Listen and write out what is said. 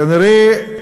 כנראה,